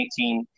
2018